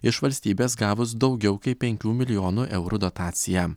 iš valstybės gavus daugiau kaip penkių milijonų eurų dotaciją